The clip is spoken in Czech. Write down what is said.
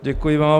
Děkuji vám.